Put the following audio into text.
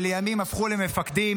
שלימים הפכו למפקדים,